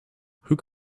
could